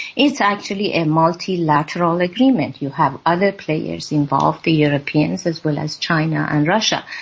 it's actually a multilateral agreement, you have other players involved, the europeans as well as china and russia.